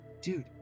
dude